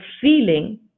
feeling